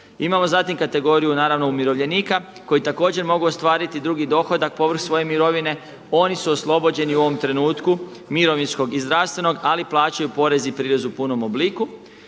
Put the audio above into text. Imamo zatim kategoriju naravno umirovljenika koji također mogu ostvariti drugi dohodak povrh svoje mirovine. Oni su oslobođeni u ovom trenutku mirovinskog i zdravstvenog, ali plaćaju porez i prirez u punom obliku.